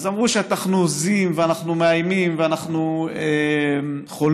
אמרו שאנחנו הוזים, אנחנו מאיימים ואנחנו חולמים.